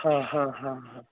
हा हा हा हा